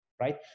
right